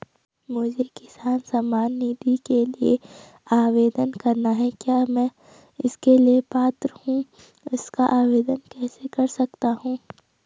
मुझे किसान सम्मान निधि के लिए आवेदन करना है क्या मैं इसके लिए पात्र हूँ इसका आवेदन कैसे कर सकता हूँ?